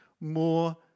more